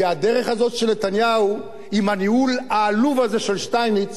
כי הדרך הזאת של נתניהו עם הניהול העלוב הזה של שטייניץ